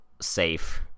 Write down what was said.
safe